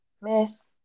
miss